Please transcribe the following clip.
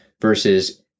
versus